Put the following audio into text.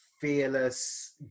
fearless